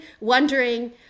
wondering